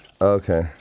Okay